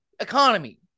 Economy